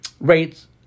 rates